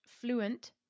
fluent